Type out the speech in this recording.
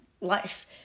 life